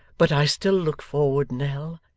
but i still look forward, nell,